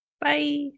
Bye